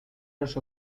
los